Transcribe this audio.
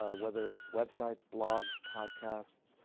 ah whether it's web sites, blogs, podcasts.